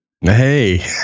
Hey